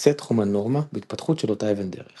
קצה תחום הנורמה בהתפתחות של אותה אבן דרך